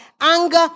anger